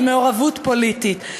הוא מעורבות פוליטית.